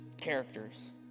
characters